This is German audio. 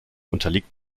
unterliegt